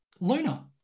Luna